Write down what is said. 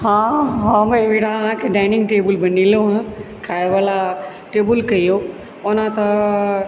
हँ हम एहिबेर अहाँकेँ डाइनिङ्ग टेबुल बनेलहुँ हँ खाएवला टेबुल कहियो ओना तऽ